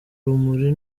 rumuri